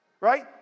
right